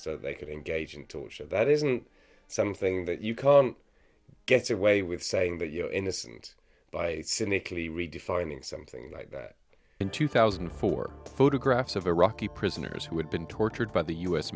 so they could engage in torture that isn't something that you can't get away with saying that you know innocent by cynically redefining something like that in two thousand and four photographs of iraqi prisoners who had been tortured by the u